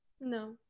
No